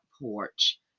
porch